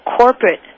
corporate